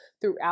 throughout